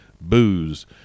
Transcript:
booze